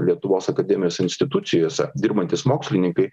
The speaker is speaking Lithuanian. lietuvos akademijos institucijose dirbantys mokslininkai